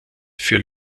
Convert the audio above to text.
für